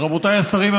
רבותיי השרים,